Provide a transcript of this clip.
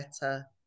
better